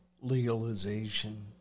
legalization